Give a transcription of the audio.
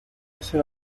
ese